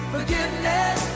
Forgiveness